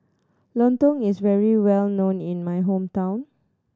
lontong is very well known in my hometown